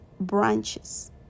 branches